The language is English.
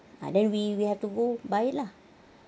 ah then we we have to go by lah